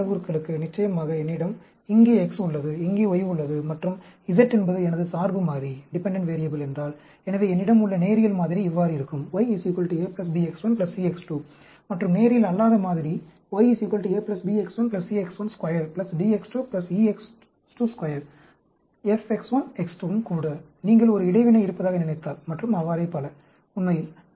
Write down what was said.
2 அளவுருவுக்கு நிச்சயமாக என்னிடம் இங்கே X உள்ளது இங்கே y உள்ளது மற்றும் z என்பது எனது சார்பு மாறி என்றால் எனவே என்னிடம் உள்ள நேரியல் மாதிரி இவ்வாறு இருக்கும் y A B x 1 C x 2 மற்றும் நேரியல் அல்லாத மாதிரி y A B x 1 C x 1 2 D x 2 E x 2 2 F x 1 x 2 ம் கூட நீங்கள் ஒரு இடைவினை இருப்பதாக நினைத்தால் மற்றும் அவ்வாறே பல உண்மையில்